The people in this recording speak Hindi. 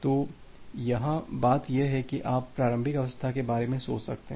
तो यहाँ बात यह है कि यह आप प्रारंभिक अवस्था के बारे में सोच सकते हैं